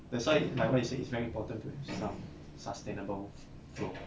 that's why like what you said it's very important to some sustainable flow